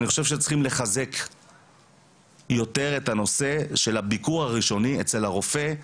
אני חושב שצריכים לחזק יותר את הנושא של הביקור הראשוני אצל הרופא.